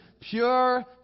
pure